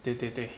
对对对